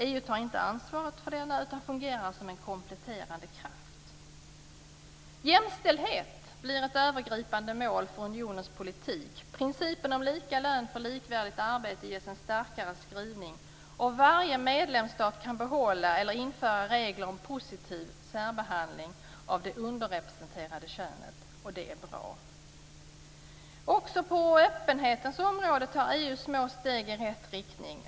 EU tar inte ansvaret för denna utan fungerar som en kompletterande kraft. Jämställdhet blir ett övergripande mål för unionens politik, principen om lika lön för likvärdigt arbete ges en starkare skrivning, och varje medlemsstat kan behålla eller införa regler om positiv särbehandling av det underrepresenterade könet. Det är bra. Också på öppenhetens område tar EU små steg i rätt riktning.